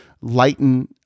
lighten